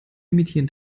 imitieren